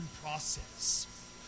process